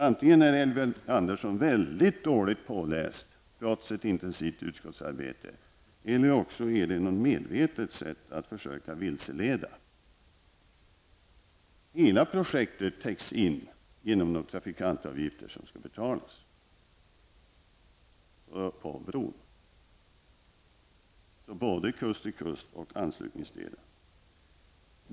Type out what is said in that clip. Antingen är Elving Andersson mycket dåligt påläst, trots ett intensivt utskottsarbete, eller så är det ett medvetet sätt att försöka vilseleda. Hela projektkostnaden täcks genom de trafikantavgifter som skall betalas, både för kust till kustförbindelsen och för anslutningsdelen.